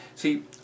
See